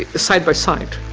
ah side-by-side.